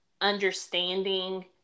understanding